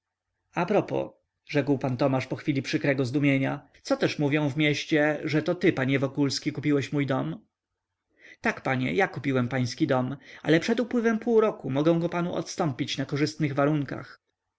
propos rzekł pan tomasz po chwili przykrego zdumienia co też mówią w mieście że to ty panie wokulski kupiłeś mój dom tak panie ja kupiłem pański dom ale przed upływem pół roku mogę go panu odstąpić na korzystnych warunkach